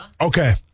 Okay